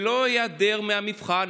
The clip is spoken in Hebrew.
שלא ייעדר מהמבחן,